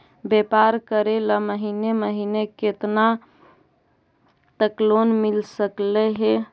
व्यापार करेल महिने महिने केतना तक लोन मिल सकले हे?